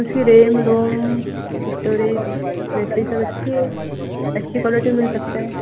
उसकी RAM ROM storage battery सब अच्छी है अच्छी क्वालिटी में मिल सकता है